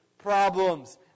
problems